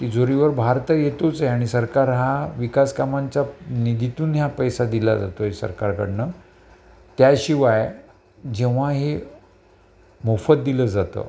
तिजोरीवर भार तर येतोचय आणि सरकार हा विकास कामांच्या निधीतून ह्या पैसा दिला जातोय सरकारकडून त्याशिवाय जेव्हा हे मोफत दिलं जातं